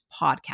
podcast